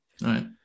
Right